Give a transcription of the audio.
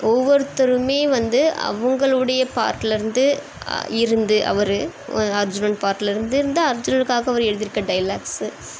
ஒவ்வொருத்தருமே வந்து அவங்களுடைய பாட்டுலேருந்து இருந்து அவர் ஒ அர்ஜுனன் பாட்டுலேருந்து இருந்து அர்ஜுனனுக்காக அவர் எழுதியிருக்க டைலாக்ஸு